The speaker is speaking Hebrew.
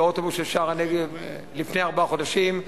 באוטובוס של שער-הנגב לפני ארבעה חודשים,